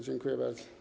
Dziękuję bardzo.